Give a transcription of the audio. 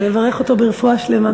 נברך אותו ברפואה שלמה.